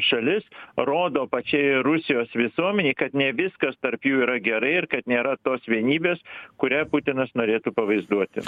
šalis rodo pačiai rusijos visuomenei kad ne viskas tarp jų yra gerai ir kad nėra tos vienybės kurią putinas norėtų pavaizduoti